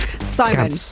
Simon